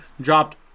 Dropped